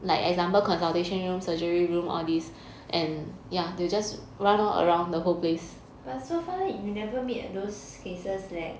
but so far you never meet those cases like